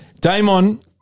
Damon